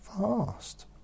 fast